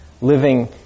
living